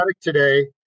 today